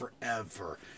forever